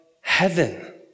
heaven